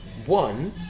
One